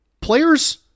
Players